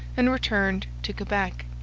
and returned to quebec.